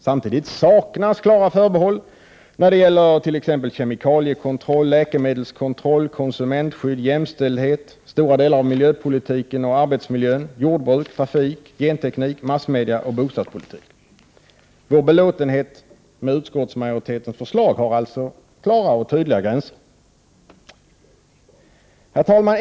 Samtidigt saknas klara förbehåll när det gäller bl.a. kemikaliekontroll, läkemedelskontroll, konsumentskydd, jämställdhet, stora delar av miljöpolitik och arbetsmiljö, jordbruk, trafik, genteknik, massmedia och bostadspolitik. Vår belåtenhet med utskottsmajoritetens förslag har alltså tydliga gränser. Herr talman!